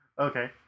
Okay